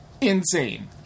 insane